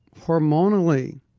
hormonally